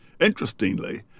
Interestingly